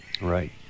Right